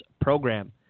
program